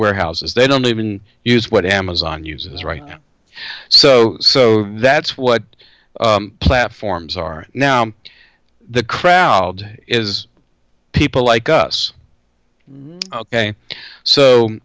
warehouses they don't even use what amazon uses right so so that's what platforms are now the crowd is people like us ok